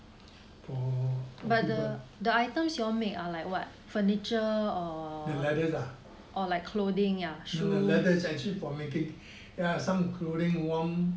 for for the leathers ah no no leathers are actually for making yeah some clothing warm